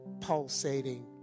pulsating